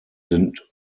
sind